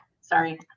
Sorry